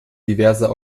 diverser